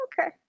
Okay